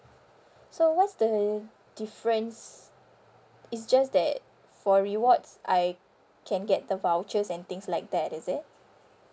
so what's the difference it's just that for rewards I can get the vouchers and things like that is it